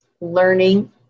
Learning